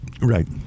Right